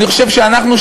אני חושב שאנחנו,